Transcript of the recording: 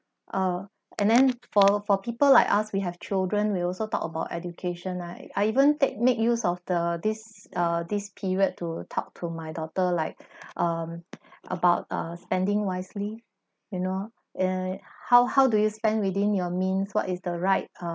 err and then for for people like us we have children we also talk about education I I even take make use of the this uh this period to talk to my daughter like um about uh spending wisely you know err how how do you spend within your means what is the right uh